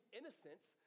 innocence